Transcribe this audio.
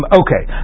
okay